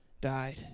died